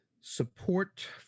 Support